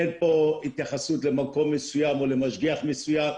אין פה התייחסות למקום מסוים או למשגיח מסוים.